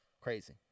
Crazy